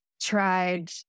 tried